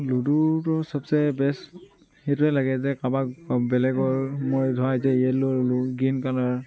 লুডুটো চবচে বেচ সেইটোৱে লাগে যে কাবাক বেলেগৰ মই ধৰা এতিয়া ইয়েল্ল ললোঁ গ্ৰীণ কালাৰ